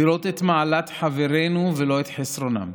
לראות את מעלת חברינו ולא את חסרונם,